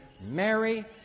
Mary